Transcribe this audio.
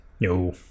No